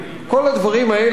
עמיתי חברי הכנסת,